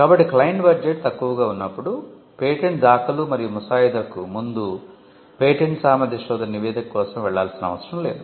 కాబట్టి client budget తక్కువగా ఉన్నప్పుడు పేటెంట్ దాఖలు మరియు ముసాయిదాకు ముందు పేటెంట్ సామర్థ్య శోధన నివేదిక కోసం వెళ్ళాల్సిన అవసరం లేదు